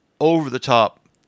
over-the-top